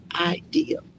idea